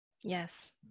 Yes